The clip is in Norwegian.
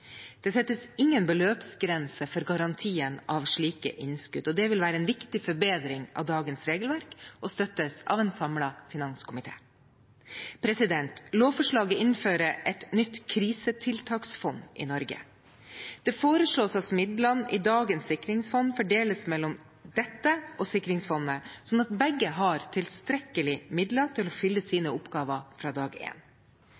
Det settes ingen beløpsgrense for garantien av slike innskudd. Det vil være en viktig forbedring av dagens regelverk og støttes av en samlet finanskomité. Lovforslaget innfører et nytt krisetiltaksfond i Norge. Det foreslås at midlene i dagens sikringsfond fordeles mellom dette og sikringsfondet, sånn at begge har tilstrekkelige midler til å fylle